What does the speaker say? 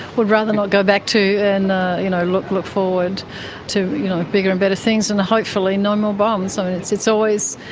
we'd rather not go back to, and you know look look forward to bigger and better things and hopefully no more bombs. i mean, it's it's always,